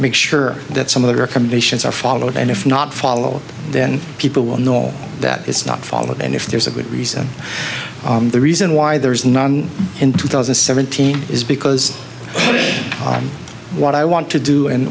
make sure that some of the recommendations are followed and if not follow then people will know that it's not followed and if there's a good reason the reason why there is none in two thousand and seventeen is because what i want to do and